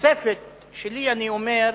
בתוספת שלי אני אומר,